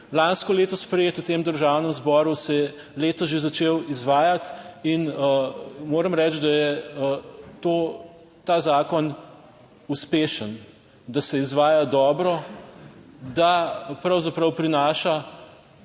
lansko leto sprejet v tem Državnem zboru, se je letos že začel izvajati in moram reči, da je to, ta zakon uspešen, da se izvaja dobro, da pravzaprav prinaša